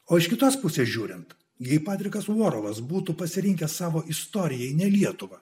o iš kitos pusės žiūrint jei patrikas vuorolas būtų pasirinkęs savo istorijai ne lietuvą